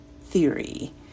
theory